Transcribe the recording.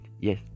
Yes